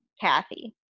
Kathy